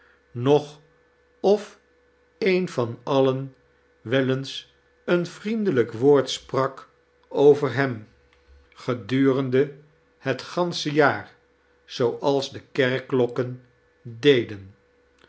noch of een van alien wel eens een vriendelijk woord sprak over ijein gedurende het gaoieche jaar zooals de kerkklokken deden